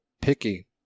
picky